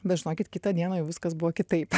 bet žinokit kitą dieną jau viskas buvo kitaip